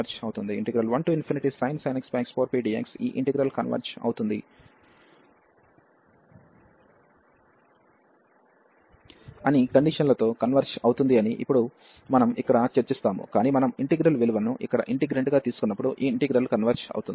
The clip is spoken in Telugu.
1sin x xpdx ఈ ఇంటిగ్రల్ కన్వర్జ్ అవుతుంది అని కండిషన్లతో కన్వర్జ్ అవుతుంది అని ఇప్పుడు మనం ఇక్కడ చర్చిస్తాము కాని మనం ఇంటిగ్రల్ విలువను ఇక్కడ ఇంటిగ్రంట్ గా తీసుకున్నప్పుడుఈ ఇంటిగ్రల్ కన్వర్జ్ అవుతుంది